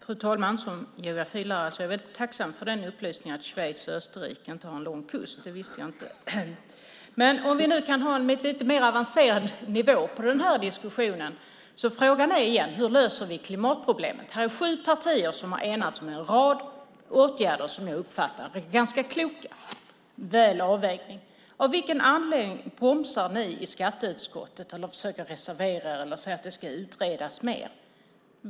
Fru talman! Som geografilärare är jag väldigt tacksam för upplysningen att Schweiz och Österrike inte har en lång kust. Det visste jag inte. Men låt oss nu ha en lite mer avancerad nivå på den här diskussionen. Frågan är: Hur löser vi klimatproblemet? Här finns sju partier som har enats om en rad åtgärder som jag uppfattar som ganska kloka. Det är väl avvägt. Av vilken anledning bromsar ni i skatteutskottet detta, försöker reservera er eller säger att det ska utredas mer?